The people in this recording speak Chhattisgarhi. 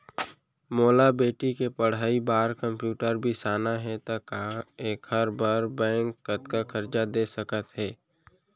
मोला बेटी के पढ़ई बार कम्प्यूटर बिसाना हे त का एखर बर बैंक कतका करजा दे सकत हे?